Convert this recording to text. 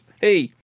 Hey